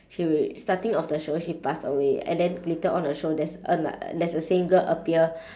she w~ starting of the show she pass away and then later on the show there's a there's a same girl appear